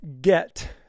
get